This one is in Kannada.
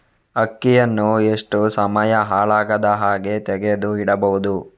ಅಕ್ಕಿಯನ್ನು ಎಷ್ಟು ಸಮಯ ಹಾಳಾಗದಹಾಗೆ ತೆಗೆದು ಇಡಬಹುದು?